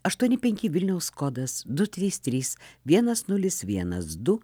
aštuoni penki vilniaus kodas du trys trys vienas nulis vienas du